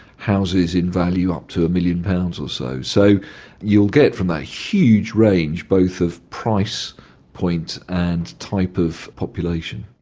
houses in value up to a million pounds or so. so you'll get from that huge range, both of price point and type of population.